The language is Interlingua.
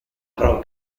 pro